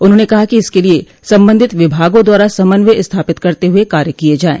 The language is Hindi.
उन्होंने कहा कि इसके लिये संबंधित विभागों द्वारा समन्वय स्थापित करते हुए कार्य किये जाये